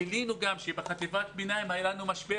גילינו גם שבחטיבת הביניים היה לנו משבר